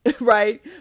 right